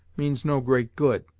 means no great good.